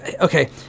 okay